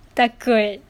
takut